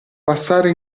passare